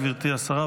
גברתי השרה,